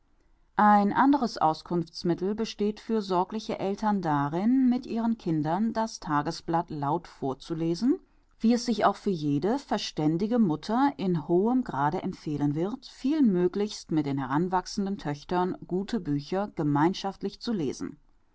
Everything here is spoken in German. ein anderes auskunftsmittel besteht für sorgliche eltern darin mit ihren kindern das tagesblatt laut vorzulesen wie es sich auch für jede verständige mutter in hohem grade empfehlen wird vielmöglichst mit den heranwachsenden töchtern gute bücher gemeinschaftlich zu lesen